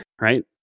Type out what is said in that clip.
right